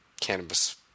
cannabis